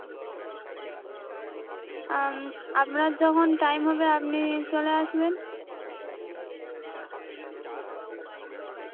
আপনার যখন টাইম হবে আপনি চলে আসবেন